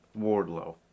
Wardlow